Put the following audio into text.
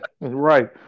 right